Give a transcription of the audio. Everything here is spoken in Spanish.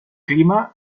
clima